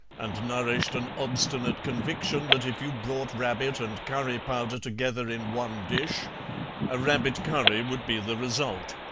and nourished an obstinate conviction that if you brought rabbit and curry-powder together in one dish a rabbit curry would be the result.